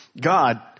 God